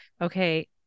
okay